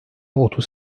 otuz